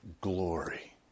glory